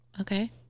Okay